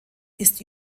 ist